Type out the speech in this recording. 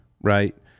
right